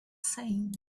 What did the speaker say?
saying